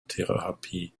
therapie